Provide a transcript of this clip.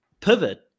pivot